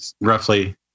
roughly